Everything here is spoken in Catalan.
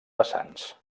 vessants